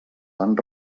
van